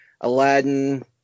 Aladdin